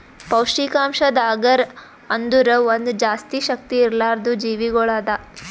ಪೌಷ್ಠಿಕಾಂಶದ್ ಅಗರ್ ಅಂದುರ್ ಒಂದ್ ಜಾಸ್ತಿ ಶಕ್ತಿ ಇರ್ಲಾರ್ದು ಜೀವಿಗೊಳ್ ಅದಾ